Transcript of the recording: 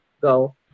go